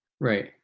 right